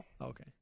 Okay